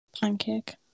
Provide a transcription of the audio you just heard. pancake